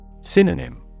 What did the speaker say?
Synonym